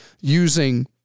using